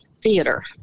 Theater